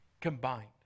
Combined